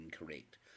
incorrect